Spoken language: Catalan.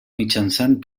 mitjançant